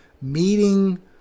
Meeting